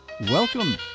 welcome